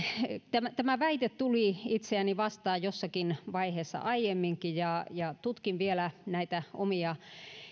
tämä tämä väite tuli itseäni vastaan jossakin vaiheessa aiemminkin ja ja tutkin vielä omia